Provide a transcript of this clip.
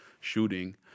shooting